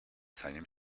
seinem